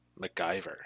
MacGyver